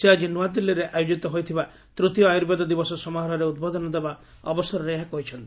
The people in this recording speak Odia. ସେ ଆଜି ନୂଆଦିଲ୍ଲୀରେ ଆୟୋଜିତ ହୋଇଥିବା ତୂତୀୟ ଆୟୁର୍ବେଦ ଦିବସ ସମାରୋହରେ ଉଦ୍ବୋଧନ ଦେଇ ଏହା କହିଛନ୍ତି